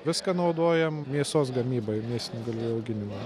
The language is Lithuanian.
viską naudojam mėsos gamybai mėsinių galvijų auginimui